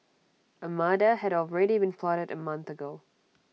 A murder had already been plotted A month ago